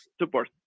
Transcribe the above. support